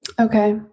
Okay